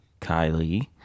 Kylie